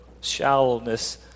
shallowness